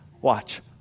Watch